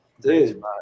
Dude